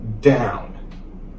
down